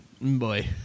boy